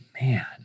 Man